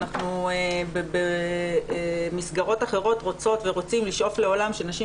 אנחנו במסגרות אחרות רוצות ורוצים לשאוף לעולם שנשים